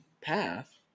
path